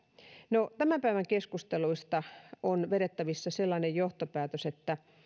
no tämän päivän keskusteluista on vedettävissä sellainen johtopäätös että